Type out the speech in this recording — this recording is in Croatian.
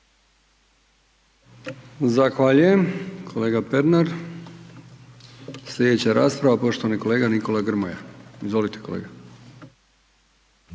Zahvaljujem kolega Pernar. Sljedeća rasprava poštovani kolega Nikola Grmoja. Izvolite kolega.